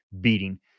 beating